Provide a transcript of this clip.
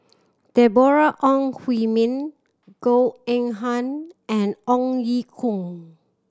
Deborah Ong Hui Min Goh Eng Han and Ong Ye Kung